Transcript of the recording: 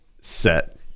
set